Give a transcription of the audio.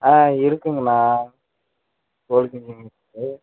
ஆ இருக்குதுங்கண்ணா கோழி குஞ்சிங்க இருக்குது